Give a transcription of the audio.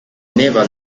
never